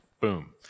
boom